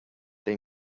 they